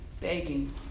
begging